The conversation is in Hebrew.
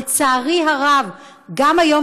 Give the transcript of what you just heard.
לצערי הרב גם היום,